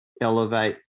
elevate